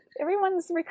everyone's